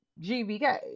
GBK